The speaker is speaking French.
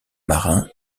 marin